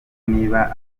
niba